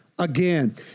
Again